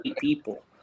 people